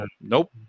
Nope